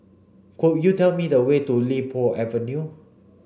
could you tell me the way to Li Po Avenue